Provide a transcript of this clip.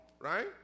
right